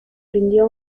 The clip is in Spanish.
rindió